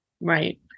Right